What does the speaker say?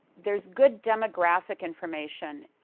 there's good demographic information.